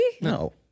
No